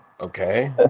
Okay